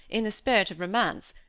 in the spirit of romance,